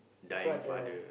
brother